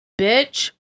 bitch